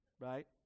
Right